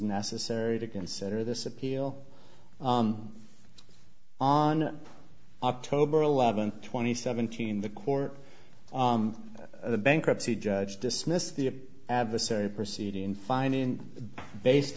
necessary to consider this appeal on october eleventh twenty seventeen the court a bankruptcy judge dismissed the adversary proceeding fine in based